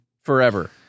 forever